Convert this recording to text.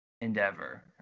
endeavor